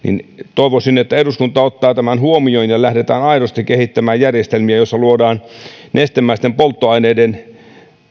toivoisin että eduskunta ottaa tämän huomioon ja lähdetään aidosti kehittämään järjestelmiä joissa luodaan nestemäisten polttoaineiden